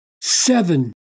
seven